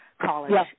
college